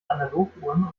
analoguhren